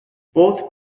both